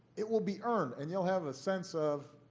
it will be earned, and you'll have a sense of